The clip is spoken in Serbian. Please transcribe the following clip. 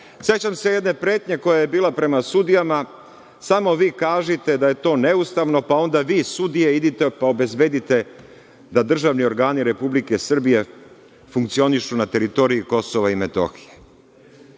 Sećam se je jedne pretnje koja je bila prema sudijama – samo vi kažite da je to neustavno, pa onda vi sudije idite, pa obezbedite da državni organi Republike Srbije funkcionišu na teritoriji KiM.Interesantna